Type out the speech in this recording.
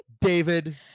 David